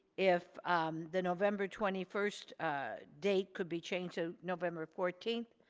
if the november twenty first date could be changed to november fourteenth.